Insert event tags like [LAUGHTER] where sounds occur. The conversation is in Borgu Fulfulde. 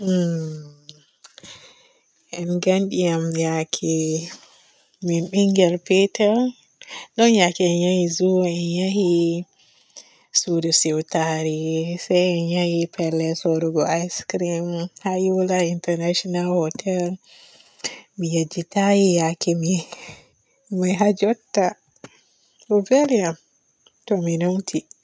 [NOISE] Hmmm en gamdi am yaake min ɓingel petel. ɗon yaake en yahi zoo, en yahi suudu siiwtare se en yaahi pellel sooɗogo ice crim haa Yola international hotel. Mi yejjitay yaake may haa jutta bo veli am to mi numti.